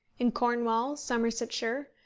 in cornwall, somersetshire,